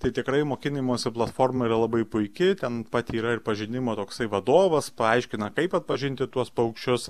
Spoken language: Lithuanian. tai tikrai mokinimosi platforma yra labai puiki ten pat yra ir pažinimo toksai vadovas paaiškina kaip atpažinti tuos paukščius